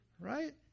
Right